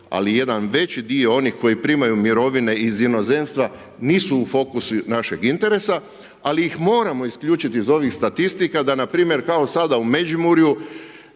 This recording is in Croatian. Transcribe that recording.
ali jedan veći dio onih koji primaju mirovine iz inozemstva nisu u fokusu našeg interesa, ali ih moramo isključiti iz ovih statistika da npr. kao sada u Međimurju,